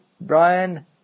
Brian